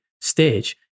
stage